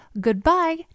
goodbye